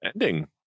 ending